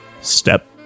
Step